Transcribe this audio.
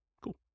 Cool